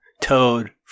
Toad